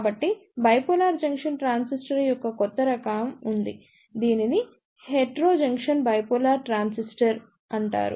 కాబట్టి bipolar junction transistor యొక్క కొత్త రకాన్ని ఉంది దీనిని హెటెరోజంక్షన్ బైపోలార్ ట్రాన్సిస్టర్ అంటారు